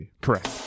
Correct